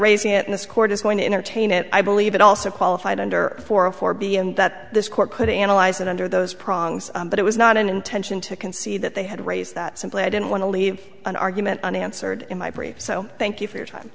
raising it in this court is going to entertain it i believe it also qualified under four or four b and that this court could analyze it under those problems but it was not an intention to concede that they had raised that simply i didn't want to leave an argument unanswered in my brief so thank you for your time